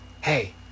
Hey